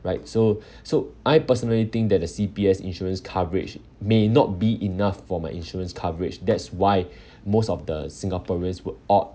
right so so I personally think that the C_P_F insurance coverage may not be enough for my insurance coverage that's why most of the singaporeans would opt